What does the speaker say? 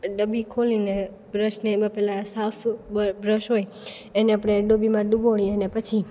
ડબ્બી ખોલીને બ્રશને એમાં પહેલા સાફ બ્રશ હોય એને આપણે ડબ્બીમાં ડબોળીએ એના પછી